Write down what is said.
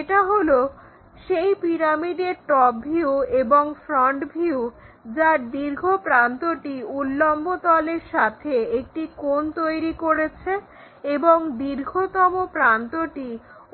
এটা হলো সেই পিরামিডের টপ ভিউ এবং ফ্রন্ট ভিউ যার দীর্ঘ প্রান্তটি উল্লম্ব তলের সাথে একটি কোণ তৈরি করেছে এবং দীর্ঘতম প্রান্তটি